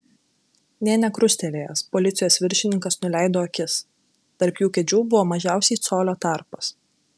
nė nekrustelėjęs policijos viršininkas nuleido akis tarp jų kėdžių buvo mažiausiai colio tarpas